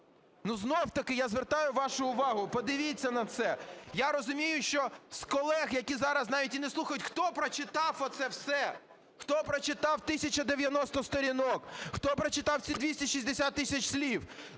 Знов-таки я звертаю вашу увагу, подивіться на це. Я розумію, що з колег, які зараз навіть і не слухають, хто прочитав оце все, хто прочитав 1 тисячу 90 сторінок, хто прочитав ці 260 тисяч слів?